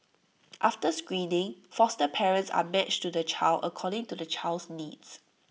after screening foster parents are matched to the child according to the child's needs